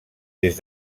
des